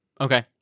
Okay